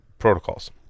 protocols